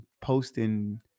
posting